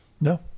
No